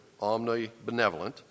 omnibenevolent